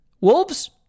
Wolves